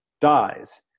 dies